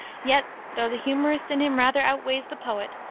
yet, though the humorist in him rather outweighs the poet,